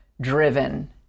driven